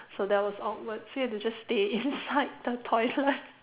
so that was awkward so you have to just stay inside the toilet